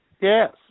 Yes